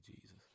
Jesus